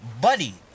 buddy